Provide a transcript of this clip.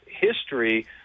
history